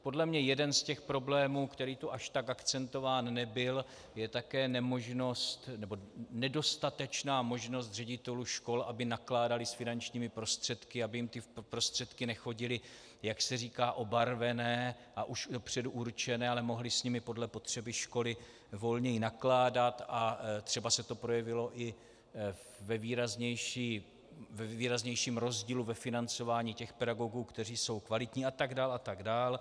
Podle mě jeden z těch problémů, který tu až tak akcentován nebyl, je také nemožnost, nebo nedostatečná možnost ředitelů škol, aby nakládali s finančními prostředky, aby jim ty prostředky nechodily, jak se říká, obarvené a už dopředu určené, ale mohli s nimi podle potřeby školy volněji nakládat a třeba se to projevilo i ve výraznějším rozdílu ve financování těch pedagogů, kteří jsou kvalitní, atd. atd.